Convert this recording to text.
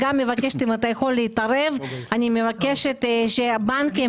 ועלות הייצור שלהם היא פשוט בלתי אפשרית עם עלייה כזאת של חשמל.